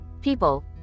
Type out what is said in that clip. People